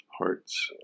hearts